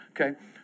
Okay